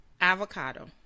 Avocado